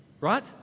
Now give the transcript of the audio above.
Right